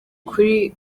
kuri